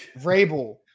Vrabel